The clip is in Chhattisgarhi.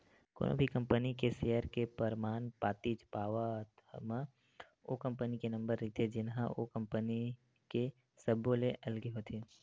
कोनो भी कंपनी के सेयर के परमान पातीच पावत म ओ कंपनी के नंबर रहिथे जेनहा ओ कंपनी के सब्बो ले अलगे होथे